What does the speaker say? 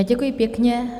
Děkuji pěkně.